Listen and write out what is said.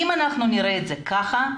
אם אנחנו נראה את זה כך,